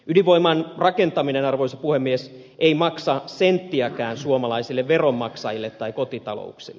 ydinvoiman rakentaminen arvoisa puhemies ei maksa senttiäkään suomalaisille veronmaksajille tai kotitalouksille